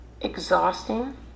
exhausting